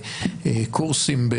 קורסים,